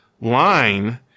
line